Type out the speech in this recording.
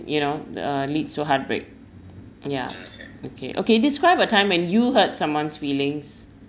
you know uh leads to heartbreak yeah okay okay describe a time when you hurt someone's feelings